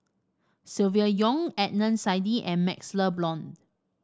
Silvia Yong Adnan Saidi and MaxLe Blond